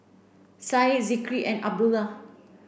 Said Zikri and Abdullah